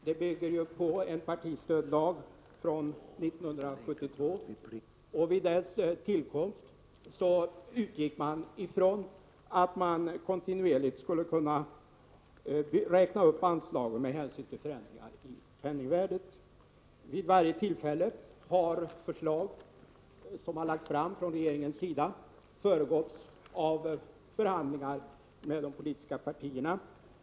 Det bygger på en partistödslag från 1972, och vid dess tillkomst utgick man ifrån att man kontinuerligt skulle kunna räkna upp anslaget med hänsyn till förändringar i penningvärdet. Vid varje tillfälle har förslag som lagts fram från regeringens sida föregåtts av förhandlingar med de politiska partierna.